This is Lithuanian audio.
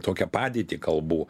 tokią padėtį kalbų